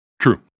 True